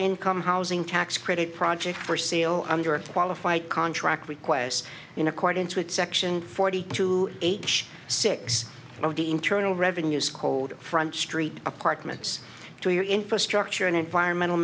income housing tax credit project for sale under qualified contract requests in accordance with section forty two age six of the internal revenue scold front street apartments to your infrastructure and environmental